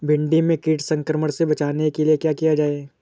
भिंडी में कीट संक्रमण से बचाने के लिए क्या किया जाए?